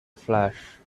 flash